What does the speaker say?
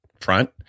front